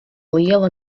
liela